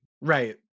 Right